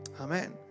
amen